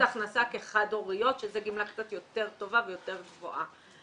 הכנסה כחד הוריות שזה גמלה קצת יותר טובה ויותר גבוהה.